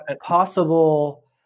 possible